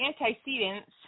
antecedents